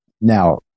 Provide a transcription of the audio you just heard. now